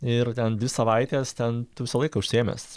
ir ten dvi savaitės ten visą laiką užsiėmęs